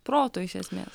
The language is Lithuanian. proto iš esmės